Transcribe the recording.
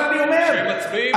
שהם מצביעים איתכם.